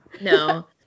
No